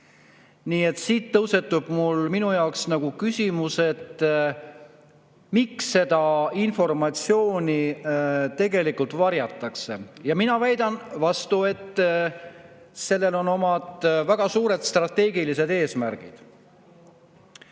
et siit tõusetub minu jaoks nagu küsimus, et miks seda informatsiooni tegelikult varjatakse. Ja mina väidan vastu, et sellel on omad väga suured strateegilised eesmärgid.